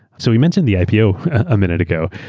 so we mentioned the ipo a minute ago.